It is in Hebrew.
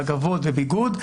מגבות וביגוד.